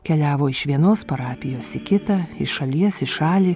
keliavo iš vienos parapijos į kitą iš šalies į šalį